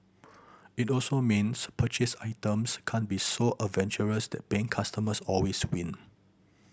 it also means purchased items can't be so advantageous that paying customers always win